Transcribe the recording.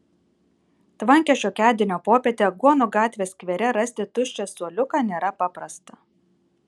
tvankią šiokiadienio popietę aguonų gatvės skvere rasti tuščią suoliuką nėra paprasta